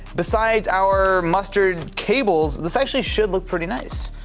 besides our mustered cables, this actually should look pretty nice.